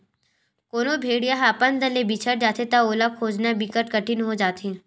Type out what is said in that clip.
कोनो भेड़िया ह अपन दल ले बिछड़ जाथे त ओला खोजना बिकट कठिन हो जाथे